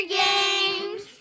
games